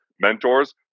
mentors